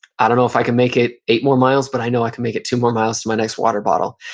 i don't know if i can make it eight more miles, but i know i can make it two more miles to my next water bottle.